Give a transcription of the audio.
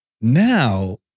Now